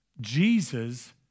Jesus